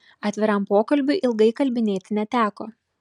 atviram pokalbiui ilgai įkalbinėti neteko